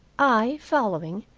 i following,